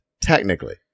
technically